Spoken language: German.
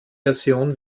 version